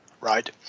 Right